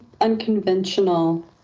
unconventional